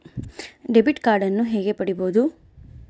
Debit ಕಾರ್ಡನ್ನು ಹೇಗೆ ಪಡಿಬೋದು?